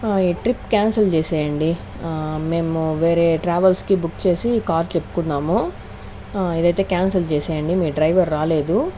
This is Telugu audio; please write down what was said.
ఈ ట్రిప్ క్యాన్సల్ చేసేయండి మేము వేరే ట్రావెల్స్కి బుక్ చేసి కార్ చెప్పుకున్నాము ఇదైతే క్యాన్సల్ చేసేయండి మీ డ్రైవర్ రాలేదు